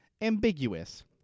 ambiguous